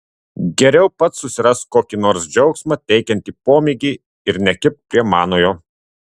geriau pats susirask kokį nors džiaugsmą teikiantį pomėgį ir nekibk prie manojo